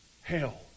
hell